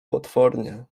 potwornie